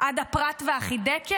עד הפרת והחידקל?